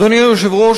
אדוני היושב-ראש,